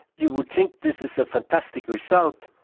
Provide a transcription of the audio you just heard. you would think this is a fantastic result,